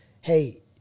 hey